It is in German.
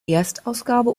erstausgabe